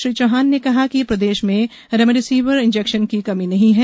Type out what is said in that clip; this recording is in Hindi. श्री चौहान ने कहा कि प्रदेश में रेमडेसिविर इंजेक्शन की कमी नहीं है